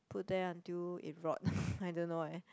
put there until it rot I don't know eh